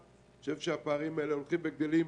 אני חושב שהפערים האלה הולכים וגדלים.